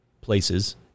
places